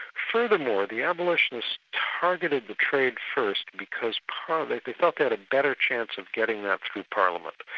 furthermore the abolitionists targeted the trade first, because partly they thought they had a better chance of getting that through parliament.